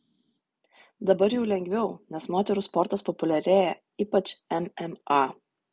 dabar jau lengviau nes moterų sportas populiarėja ypač mma